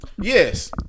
Yes